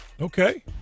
Okay